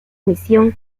mission